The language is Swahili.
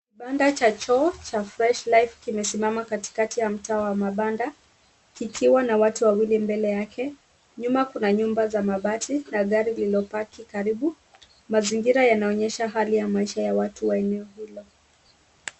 Kibanda cha choo cha Fresh Life , kimesimama katikati ya mtaa wa mabanda. Kikiwa na watu wawili mbele yake, nyuma kuna nyumba za mabati na gari lililopaki karibu. Mazingira yanaonyesha hali ya maisha ya watu wa eneo hilo.